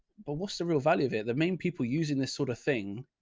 but what's the real value of it? the main people using this sort of thing?